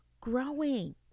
growing